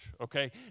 okay